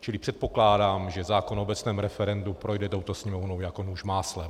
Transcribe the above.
Čili předpokládám, že zákon o obecném referendu projde touto Sněmovnou jako nůž máslem.